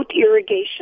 irrigation